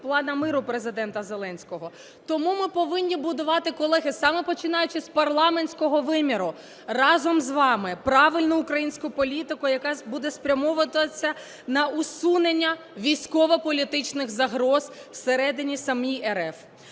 плану миру Президента Зеленського. Тому ми повинні будувати, колеги, саме починаючи з парламентського виміру, разом з вами правильну українську політику, яка буде спрямовуватися на усунення військово-політичних загроз всередині самої РФ.